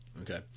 Okay